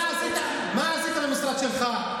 מה עשית במשרד שלך?